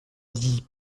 dis